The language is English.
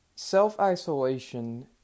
Self-isolation